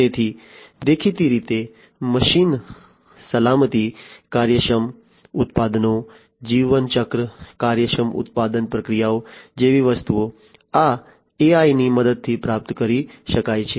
તેથી દેખીતી રીતે મશીન સલામતી કાર્યક્ષમ ઉત્પાદનો જીવનચક્ર કાર્યક્ષમ ઉત્પાદન પ્રક્રિયાઓ જેવી વસ્તુઓ આ AI ની મદદથી પ્રાપ્ત કરી શકાય છે